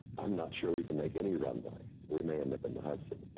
i'm not sure we can make any runway, we may end up in the hudson.